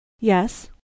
yes